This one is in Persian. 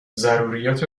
ضروریات